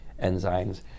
enzymes